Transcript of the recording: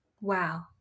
Wow